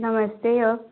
नमस्ते और